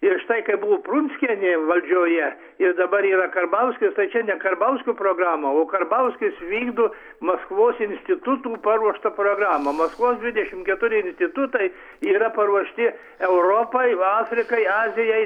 ir štai kai buvo prunskienė valdžioje ir dabar yra karbauskis tai čia ne karbauskio programa o karbauskis vykdo maskvos institutų paruoštą programą maskvos dvidešimt keturi institutai yra paruošti europai afrikai azijai